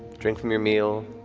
drink from your meal.